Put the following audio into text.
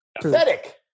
Pathetic